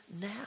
now